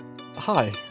Hi